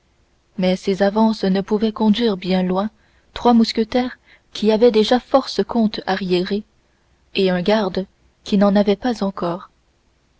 mais ces avances ne pouvaient conduire bien loin trois mousquetaires qui avaient déjà force comptes arriérés et un garde qui n'en avait pas encore